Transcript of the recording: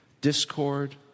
discord